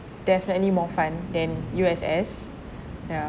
definitely more fun than U_S_S yeah